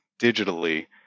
digitally